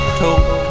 told